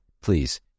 please